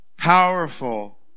powerful